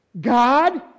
God